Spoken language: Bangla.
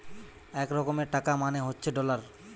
এক রকমের টাকা মানে হচ্ছে ডলার